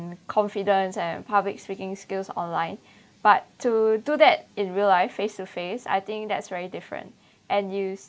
confidence and public speaking skills online but to do that in real life face to face I think that's very different and you